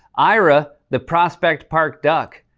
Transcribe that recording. ira, the prospect park duck.